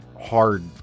hard